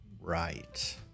Right